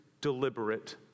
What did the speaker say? deliberate